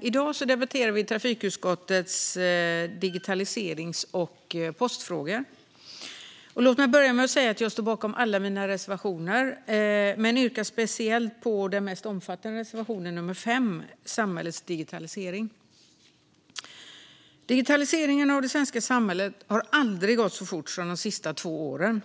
I dag debatterar vi trafikutskottets betänkande om digitaliserings och postfrågor. Låt mig börja med att säga att jag står bakom alla våra reservationer, men jag yrkar bifall endast till den mest omfattande reservationen, nummer 5, om samhällets digitalisering. Digitaliseringen av det svenska samhället har aldrig gått så fort som under de senaste två åren.